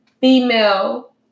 female